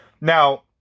Now